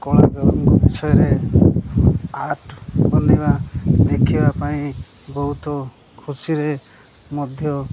କଳା ବିଷୟରେ ଆର୍ଟ ବନାଇବା ଦେଖିବା ପାଇଁ ବହୁତ ଖୁସିରେ ମଧ୍ୟ